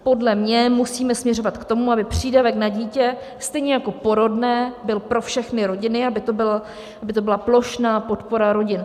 Podle mě musíme směřovat k tomu, aby přídavek na dítě, stejně jako porodné, byl pro všechny rodiny, aby to byla plošná podpora rodin.